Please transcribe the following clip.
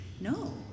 No